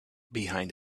behind